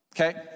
Okay